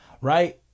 Right